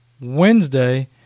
Wednesday